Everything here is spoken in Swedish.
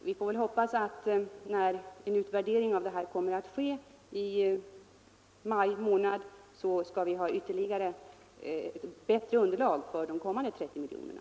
Vi får hoppas att när en utvärdering härvidlag kommer till stånd i maj månad, skall vi få ytterligare och bättre underlag vid fördelningen av de kommande 30 miljonerna.